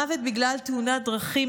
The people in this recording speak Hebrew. מוות בגלל תאונת דרכים,